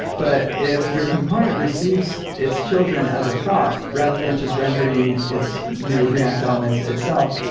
but if your component receives its children as a prop rather than just rendering its new react elements itself,